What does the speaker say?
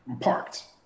parked